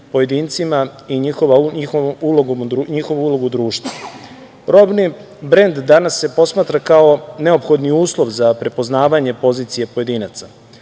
i njihovu ulogu u društvu. Robni brend danas se posmatra kao neophodni uslov za prepoznavanje pozicije pojedinaca.